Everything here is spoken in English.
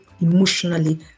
emotionally